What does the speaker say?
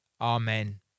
Amen